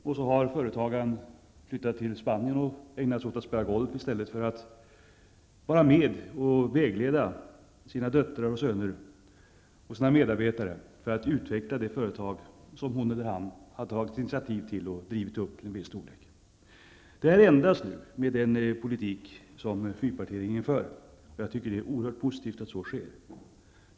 Därefter har företagaren flyttat till Spanien och ägnat sig åt att spela golf i stället för att vara med och vägleda sina döttrar, söner och medarbetare för utvecklingen av det företag som hon eller han har tagit initiativ till och drivit upp till en viss storlek. Det här ändras med den politik som fyrpartiregeringen för, och jag tycker att det är oerhört positivt att så sker.